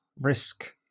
risk